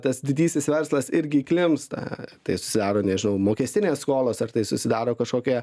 tas didysis verslas irgi įklimpsta tai susidaro nežinau mokestinės skolos ar tai susidaro kažkokie